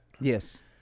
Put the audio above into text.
Yes